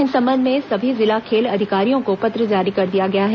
इस संबंध में सभी जिला खेल अधिकारियों को पत्र जारी कर दिया गया है